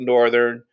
Northern